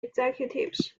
executives